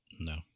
No